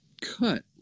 cut